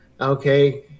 okay